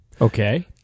Okay